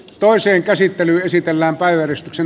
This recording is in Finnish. toiseen käsittelyyn esitellään baijerista sen